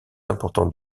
importante